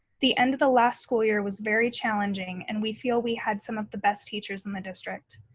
the end of the last school year was very challenging and we feel we had some of the best teachers in the district.